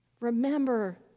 Remember